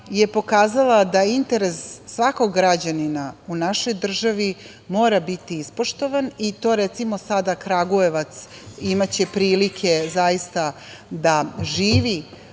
je pokazala da interes svakog građanina u našoj državi mora biti ispoštovan. Recimo, sada će Kragujevac imati prilike zaista da živi